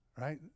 Right